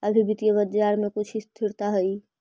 अभी वित्तीय बाजार में कुछ स्थिरता हई